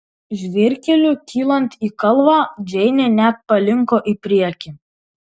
žvyrkeliu kylant į kalvą džeinė net palinko į priekį